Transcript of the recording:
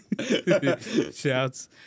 shouts